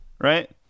Right